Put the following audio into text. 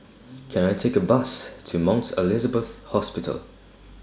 Can I Take A Bus to Mount Elizabeth Hospital